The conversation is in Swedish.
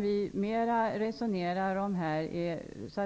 Vi resonerar här